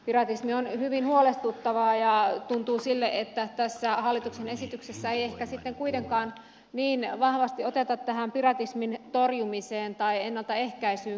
piratismi on hyvin huolestuttavaa ja tuntuu sille että tässä hallituksen esityksessä ei ehkä sitten kuitenkaan niin vahvasti oteta tähän piratismin torjumiseen tai ennaltaehkäisyyn kantaa